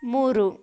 ಮೂರು